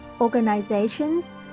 organizations